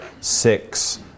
six